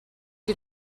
you